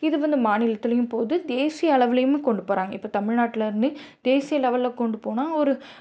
இது வந்து மாநிலத்துலையும் போது தேசிய அளவிலையும் கொண்டு போகிறாங்க இப்போ தமிழ்நாட்டிலேருந்து தேசிய லெவல்ல கொண்டு போனால் ஒரு